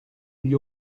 gli